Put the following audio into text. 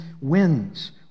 wins